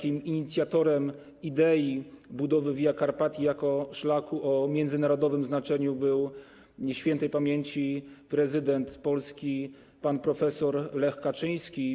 Inicjatorem idei budowy Via Carpatii jako szlaku o międzynarodowym znaczeniu był śp. prezydent Polski pan prof. Lech Kaczyński.